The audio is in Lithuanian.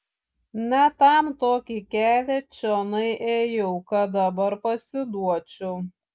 ne tam tokį kelią čionai ėjau kad dabar pasiduočiau